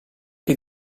più